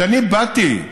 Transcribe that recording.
כשאני באתי,